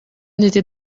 n’était